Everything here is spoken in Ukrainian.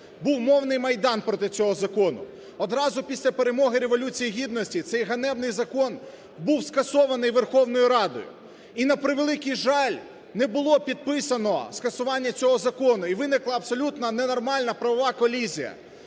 Був мовний майдан проти цього закону. Одразу після перемоги Революції Гідності цей ганебний закон був скасований Верховною Радою, і, на превеликий жаль, не було підписано скасування цього закону, і виникла абсолютно ненормальна правова колізія.